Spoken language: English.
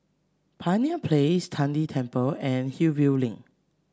Pioneer Place Tian De Temple and Hillview Link